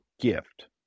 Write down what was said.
gift